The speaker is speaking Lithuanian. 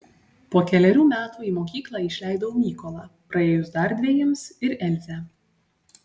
po kelerių metų į mokyklą išleidau mykolą praėjus dar dvejiems ir elzę